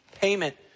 payment